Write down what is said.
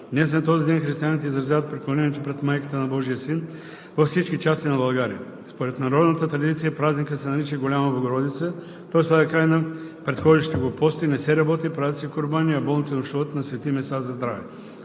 Днес на този ден християните изразяват преклонението пред майката на Божия Син във всички части на България. Според народната традиция празникът се нарича Голяма Богородица, той слага край на предхождащите го пости, не се работи, правят се курбани, а болните нощуват на „свети места“ за здраве.